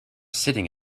sitting